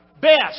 Best